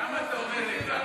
למה אתה אומר ריקה?